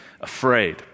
afraid